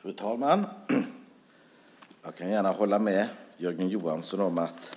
Fru talman! Jag kan gärna hålla med Jörgen Johansson om att